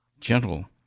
gentle